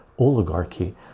oligarchy